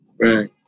Right